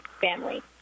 family